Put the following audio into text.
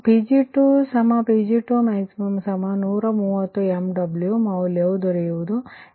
ಮತ್ತು Pg2Pg2max130 MW ಮೌಲ್ಯ ದೊರೆಯುತ್ತದೆ λ78